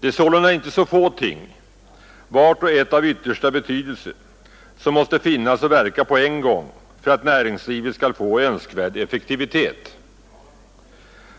Det är således inte så få ting — vart och ett av yttersta betydelse — som måste finnas och verka på en gång för att näringslivet skall få önskvärd effektivitet.